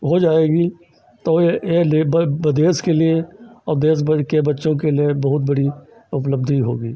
हो जाएगी तो यह यह लेबर देश के लिए और देशभर के बच्चों के लिए बहुत बड़ी उपलब्धि होगी